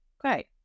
Great